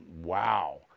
wow